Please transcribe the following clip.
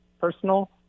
personal